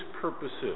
purposes